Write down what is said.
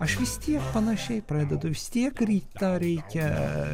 aš vis tiek panašiai pradedu vis tiek rytą reikia